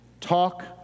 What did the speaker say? talk